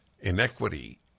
Inequity